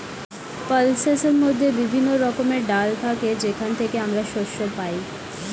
পালসেসের মধ্যে বিভিন্ন রকমের ডাল থাকে যেখান থেকে আমরা শস্য পাই